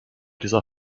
dieser